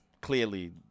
clearly